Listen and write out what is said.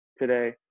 today